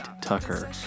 tucker